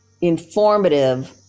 informative